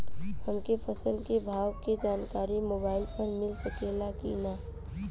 हमके फसल के भाव के जानकारी मोबाइल पर मिल सकेला की ना?